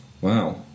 Wow